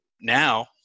now